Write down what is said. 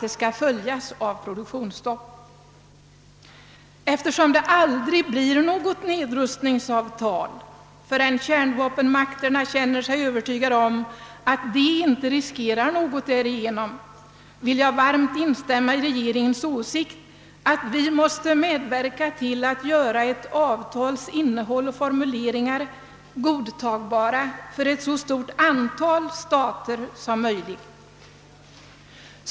Eftersom det aldrig blir något nedrustningsavtal förrän kärnvapenmakterna känner sig övertygande om att de inte riskerar någonting därigenom, vill jag varmt instämma i regeringens åsikt att vi måste medverka till att göra ett avtals innehåll och formuleringar godtagbara för ett så stort antal stater som möjligt.